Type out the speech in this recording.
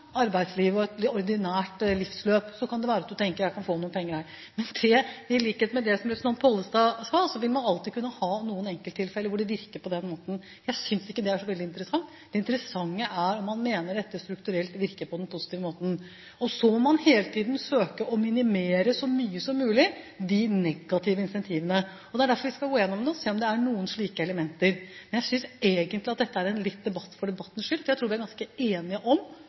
arbeidslivet og et ordinært livsløp, kan det være at du tenker: Jeg kan få noen penger der. Som representanten Pollestad sa, vil man alltid kunne ha noen enkelttilfeller hvor det virker på den måten. Jeg synes ikke det er så veldig interessant. Det interessante er om man mener dette strukturelt virker på den positive måten. Så må man hele tiden søke å minimere så mye som mulig de negative incentivene. Det er derfor vi skal gå gjennom det og se om det er noen slike elementer. Jeg synes egentlig dette litt er en debatt for debattens skyld, for jeg tror vi er ganske enige om